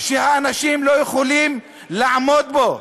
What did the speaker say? שהאנשים לא יכולים לעמוד בו.